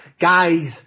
guys